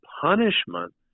punishment